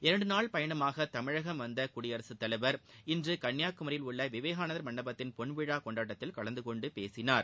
இரண்டு நாள் பயணமாக தமிழகம் வந்த குடியரசுத் தலைவர் இன்று கன்னியாகுமரியில் உள்ள விவேகதனந்தர் மண்டபத்தின் பொன்விழா கொண்டாட்டத்தில் கலந்து கொண்டு பேசினார்